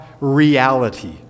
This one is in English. reality